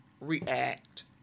react